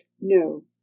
no